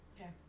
Okay